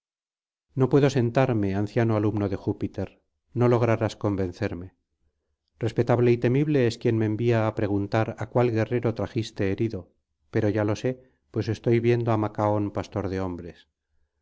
no puedo sentarme anciano alumno de júpiter no lograrás convencerme respetable y temible es quien me envía á preguntar á cuál guerrero trajiste herido pero ya lo sé pues estoy viendo á macaón pastor de hombres